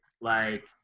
Like-